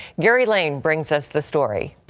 gary lane brings us the story.